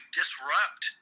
disrupt